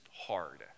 hard